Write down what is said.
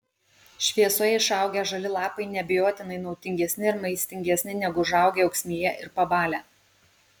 šviesoje išaugę žali lapai neabejotinai naudingesni ir maistingesni negu užaugę ūksmėje ir pabalę